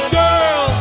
girl